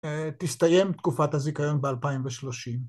‫תסתיים תקופת הזיכיון ב-2030.